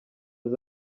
los